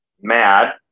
mad